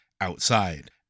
outside